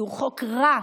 זהו חוק רע,